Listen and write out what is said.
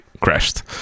crashed